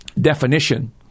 definition